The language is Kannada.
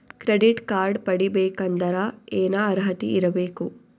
ಕ್ರೆಡಿಟ್ ಕಾರ್ಡ್ ಪಡಿಬೇಕಂದರ ಏನ ಅರ್ಹತಿ ಇರಬೇಕು?